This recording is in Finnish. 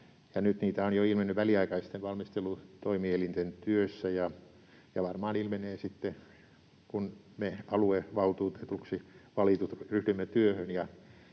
nyt niitä on jo ilmennyt väliaikaisten valmistelutoimielinten työssä ja varmaan ilmenee sitten, kun me aluevaltuutetuiksi valitut ryhdymme työhön